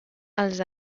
els